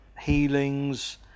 healings